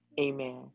amen